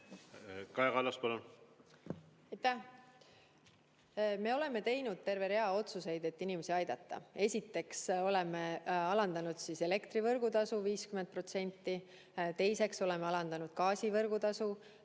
palun! Aitäh! Me oleme teinud terve rea otsuseid, et inimesi aidata. Esiteks oleme alandanud elektri võrgutasu 50%, teiseks oleme alandanud gaasi võrgutasu